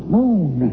Moon